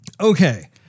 Okay